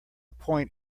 point